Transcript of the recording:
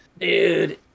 Dude